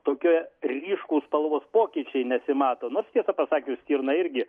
tokie ryškūs spalvos pokyčiai nesimato nors tiesą pasakius stirna irgi